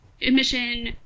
emission